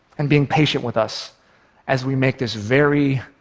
and being patient with us as we make this very,